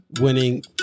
winning